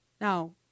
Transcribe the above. Now